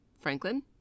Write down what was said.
Franklin